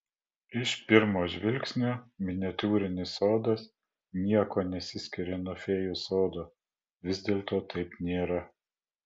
iš pirmo žvilgsnio miniatiūrinis sodas niekuo nesiskiria nuo fėjų sodo vis dėlto taip nėra